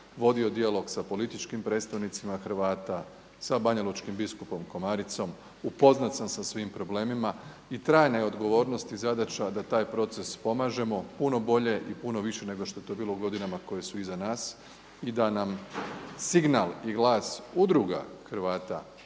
vodio dijalog sa političkim predstavnicima Hrvata, sa banjalučkim biskupom Komaricom. Upoznat sam sa svim problemima i trajna je odgovornost i zadaća da taj proces pomažemo puno bolje i puno više nego što je to bilo u godinama koje su iza nas i da nam signal i glas udruga Hrvata